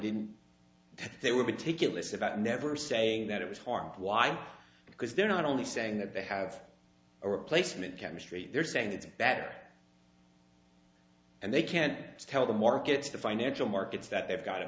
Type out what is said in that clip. sabbat never saying that it was hard why because they're not only saying that they have a replacement chemistry they're saying it's better and they can't tell the markets the financial markets that they've got a